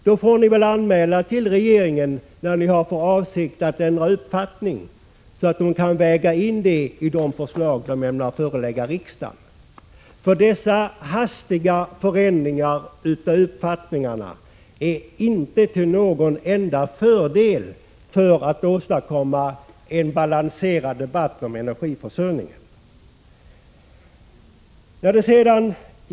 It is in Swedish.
Då får ni väl anmäla till regeringen när ni har för avsikt att ändra uppfattning, så att den kan väga in det i de förslag den — Prot. 1986/87:36 ämnar förelägga riksdagen. Dessa hastiga förändringar av uppfattningarna är 26 november 1986 inte till någon enda fördel, om man vill åstadkomma en balanserad debatt om SSE En lag om hushållning energiförsörjningen.